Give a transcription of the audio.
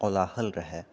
कोलाहल रहए